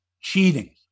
cheating